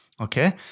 Okay